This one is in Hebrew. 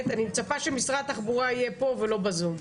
ואני מצפה שמשרד התחבורה יהיה פה ולא בזום.